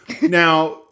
Now